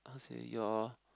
how to say your